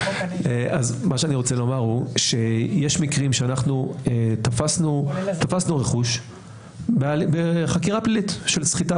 אני רוצה לומר שיש מקרים שאנחנו תפסנו רכוש בחקירה פלילית של סחיטה